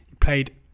played